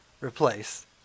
replace